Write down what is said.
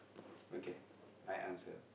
okay I answer